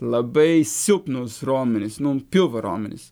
labai silpnus raumenis nu pilvo raumenis